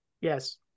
yes